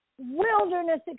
wilderness